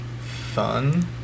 fun